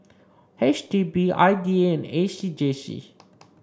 H D B I D A and A C J C